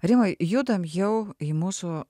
rimai judam jau į mūsų